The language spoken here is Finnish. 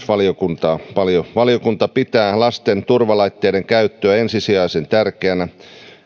valiokuntaa paljon valiokunta pitää lasten turvalaitteiden käyttöä ensisijaisen tärkeänä